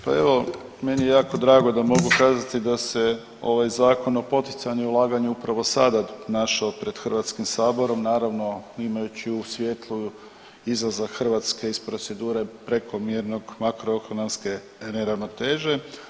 Pa evo, meni je jako drago da mogu kazati da se ovaj Zakon o poticanju ulaganja upravo sada našao pred HS-om, naravno imajući u svjetlu izlaza Hrvatske iz procedure prekomjernog makroekonomske neravnoteže.